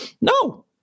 No